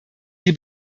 die